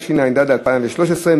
התשע"ד 2013,